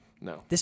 No